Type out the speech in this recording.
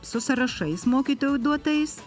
su sąrašais mokytojų duotais